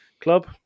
club